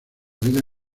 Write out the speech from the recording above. vida